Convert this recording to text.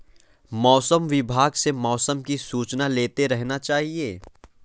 मौसम विभाग से मौसम की सूचना लेते रहना चाहिये?